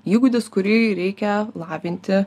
įgūdis kurį reikia lavinti